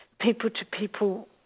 people-to-people